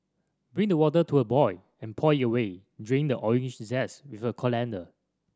bring the water to a boil and pour it away draining the orange zest with a colander